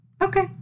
Okay